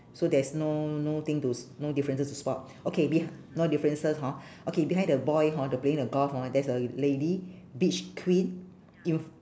so there's no no thing to s~ no differences to spot okay be~ no differences hor okay behind the boy hor the playing the golf hor there's a lady beach queen in f~